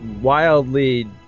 wildly